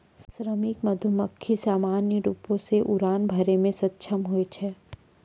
श्रमिक मधुमक्खी सामान्य रूपो सें उड़ान भरै म सक्षम होय छै